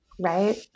right